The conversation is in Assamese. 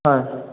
হয়